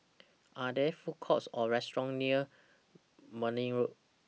Are There Food Courts Or restaurants near Marne Road